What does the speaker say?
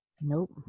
Nope